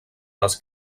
les